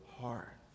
heart